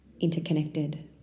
interconnected